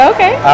Okay